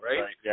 right